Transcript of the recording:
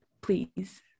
please